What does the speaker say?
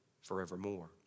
forevermore